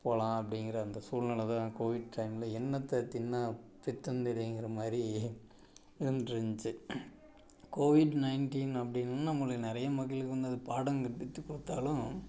போகலாம் அப்படிங்குற அந்த சூழ்நிலைதான் கோவிட் டைமில் என்னத்தை தின்னால் பித்தம் தெளியுங்கிற மாதிரி இருந்துகிட்டு இருந்துச்சு கோவிட் நைன்டின் அப்படினு நம்மளுக்கு நிறைய மக்களுக்கு வந்து அது பாடம் கற்பித்து கொடுத்தாலும்